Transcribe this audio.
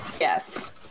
Yes